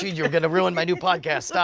you're going to ruin my new podcast,